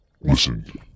Listen